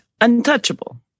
Untouchable